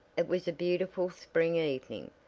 it was a beautiful spring evening.